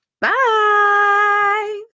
Bye